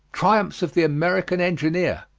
triumphs of the american engineer.